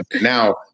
now